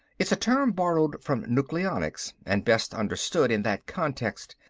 it's a term borrowed from nucleonics, and best understood in that context.